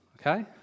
okay